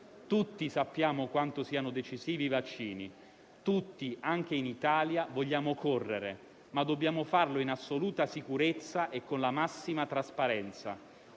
Tutti sappiamo quanto siano decisivi i vaccini. Tutti, anche in Italia, vogliamo correre, ma dobbiamo farlo in assoluta sicurezza e con la massima trasparenza.